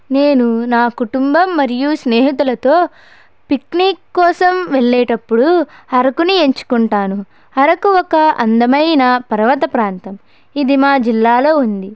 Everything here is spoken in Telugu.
నేను నా కుటుంబం మరియు స్నేహితులతో పిక్నిక్ కోసం వెళ్ళేటప్పుడు అరకుని ఎంచుకుంటాను అరకు ఒక అందమైన పర్వత ప్రాంతం ఇది మా జిల్లాలో ఉంది